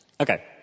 Okay